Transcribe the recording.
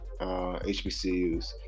hbcus